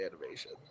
animation